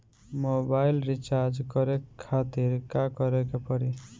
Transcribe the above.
Mobile recharge करे खातिर का करे के पड़ी?